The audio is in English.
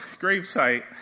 gravesite